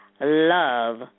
love